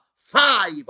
Five